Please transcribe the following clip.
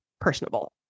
personable